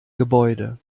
gebäude